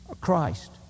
Christ